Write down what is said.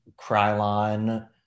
Krylon